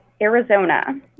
Arizona